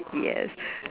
yes